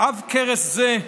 עב כרס זה,